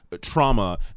trauma